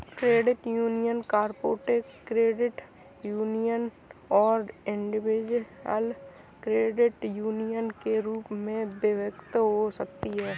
credit union corporate credit union और individual credit union के रूप में विभक्त हो सकती हैं